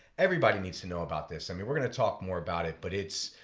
everybody needs to know about this. i mean we're going to talk more about it, but it's